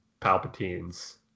Palpatine's